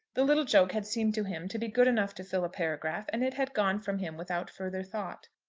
the little joke had seemed to him to be good enough to fill a paragraph, and it had gone from him without further thought.